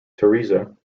theresa